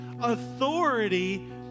authority